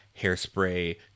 hairspray